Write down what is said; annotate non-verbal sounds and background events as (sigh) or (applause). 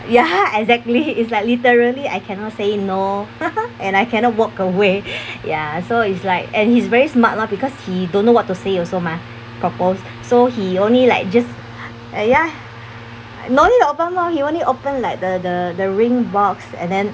ya (noise) exactly it's like literally I cannot say no (noise) and I cannot walk away ya so is like and he's very smart lor because he don't know what to say also mah proposed so he only like just eh ya no need open mouth he only open like the the the ring box and then